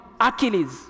achilles